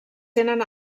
tenen